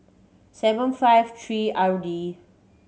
seven five three R D